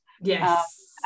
yes